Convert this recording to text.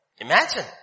Imagine